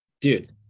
Dude